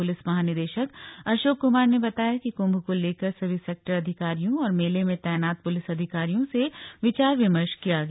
police महानिदेशक अशोक कुमार ने बताया कि कुम्भ को लेकर सभी सेक्टर अधिकारियों और मेले में तैनात पुलिस अधिकारियों से विचार विमर्श किया गया